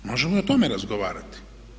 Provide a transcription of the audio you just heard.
Možemo i o tome razgovarati.